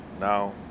now